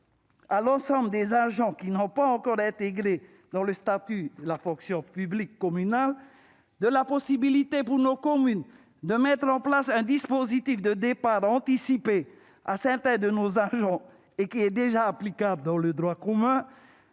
à l'ensemble des agents n'ayant pas encore obtenu le statut de la fonction publique communale ; de la possibilité pour nos communes de mettre en place un dispositif de départ anticipé pour certains de leurs agents, lequel est déjà applicable dans le droit commun